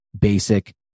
basic